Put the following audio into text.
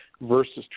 Versus